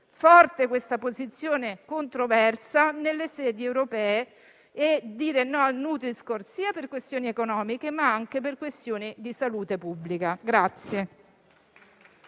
valere questa posizione controversa nelle sedi europee e dire no al nutri-score sia per questioni economiche, che per questione di salute pubblica.